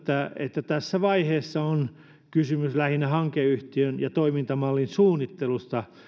että tässä vaiheessa on kysymys lähinnä hankeyhtiön ja toimintamallin suunnittelusta